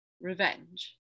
revenge